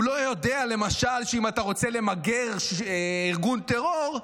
הוא לא יודע למשל שאם אתה רוצה למגר ארגון טרור,